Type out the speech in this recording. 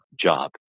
job